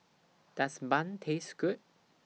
Does Bun Taste Good